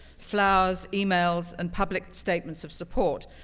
flowers, emails, and public statements of support.